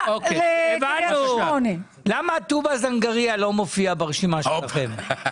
למה טובא-זנגרייה לא מופיעה ברשימה שלכם?